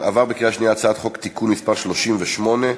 הכנסת (תיקון מס' 38)